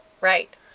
Right